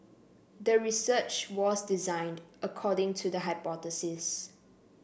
the research was designed according to the hypothesis